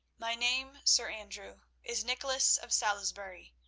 my name, sir andrew, is nicholas of salisbury,